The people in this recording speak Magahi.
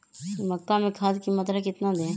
मक्का में खाद की मात्रा कितना दे?